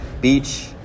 beach